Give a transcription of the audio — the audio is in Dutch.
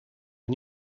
hun